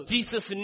Jesus